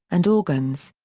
and organs.